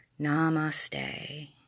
namaste